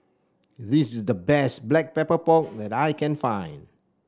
this is the best Black Pepper Pork that I can find